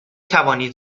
توانید